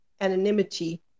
anonymity